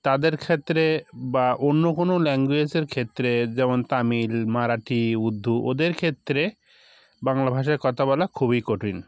তাদের ক্ষেত্রে বা অন্য কোনো ল্যাঙ্গোয়েজের ক্ষেত্রে যেমন তামিল মারাঠি উর্দু ওদের ক্ষেত্রে বাংলা ভাষায় কথা বলা খুবই কঠিন